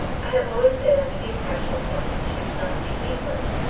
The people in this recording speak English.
i have always been under the impression that ling chu did not speak english,